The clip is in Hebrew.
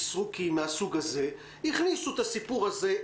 סריקי מהסוג הזה הכניסו את הסיפור הזה,